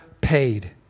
paid